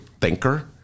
thinker